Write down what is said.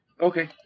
okay